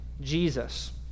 Jesus